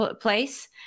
place